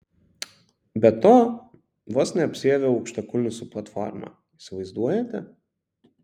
be to vos neapsiaviau aukštakulnių su platforma įsivaizduojate